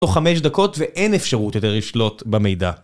תוך חמש דקות ואין אפשרות יותר לשלוט במידע.